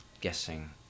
guessing